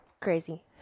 crazy